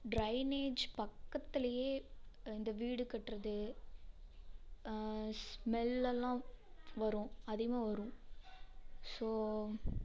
drainage பக்கத்துலேயே இந்த வீடு கட்டுறது ஸ்மெல்லெல்லாம் வரும் அதிகமாக வரும் ஸோ